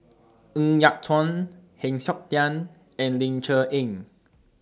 Ng Yat Chuan Heng Siok Tian and Ling Cher Eng